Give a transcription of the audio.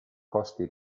costi